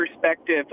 perspective